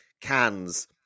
cans